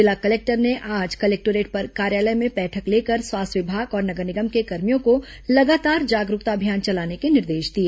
जिला कलेक्टर ने आज कलेक्टोरेट कार्यालय में बैठक लेकर स्वास्थ्य विभाग और नगर निगम के कर्मियों को लगातार जागरूकता अभियान चलाने के निर्देश दिए